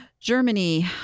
Germany